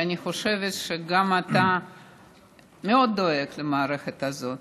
ואני חושבת שגם אתה מאוד דואג למערכת הזאת.